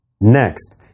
Next